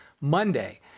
Monday